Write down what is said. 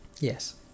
Yes